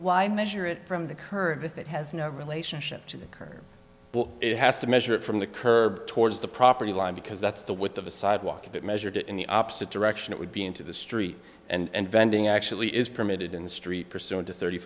why measure it from the curb if it has no relationship to the curb but it has to measure it from the curb towards the property line because that's the with of a sidewalk that measured in the opposite direction it would be into the street and vending actually is permitted in the street pursuant to thirty